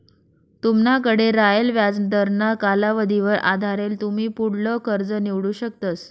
तुमनाकडे रायेल व्याजदरना कालावधीवर आधारेल तुमी पुढलं कर्ज निवडू शकतस